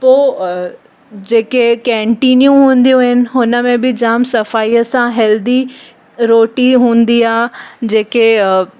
पोइ अ जेके कॅन्टिनियूं हूंदियूं आहिनि हुनमें बि जामु सफ़ाईअ सां हेल्दी रोटी हूंदी आहे जेके